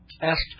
Asked